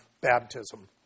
baptism